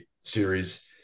series